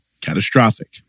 catastrophic